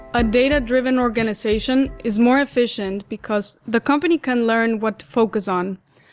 a data-driven organization is more efficient because the company can learn what to focus on.